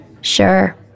Sure